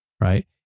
right